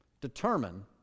determine